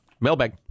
Mailbag